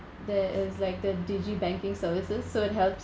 there is like the digi banking services so it helps